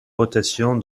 rotation